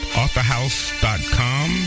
authorhouse.com